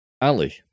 Ali